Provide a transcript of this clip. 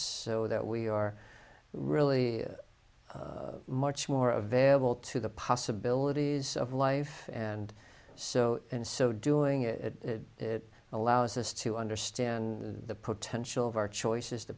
so that we are really much more available to the possibilities of life and so in so doing it it allows us to understand the potential of our choices the